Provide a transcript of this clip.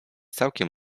całkiem